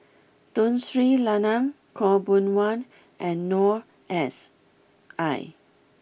Tun Sri Lanang Khaw Boon Wan and Noor S I